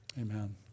Amen